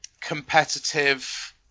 competitive